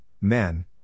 men